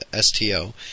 STO